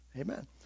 Amen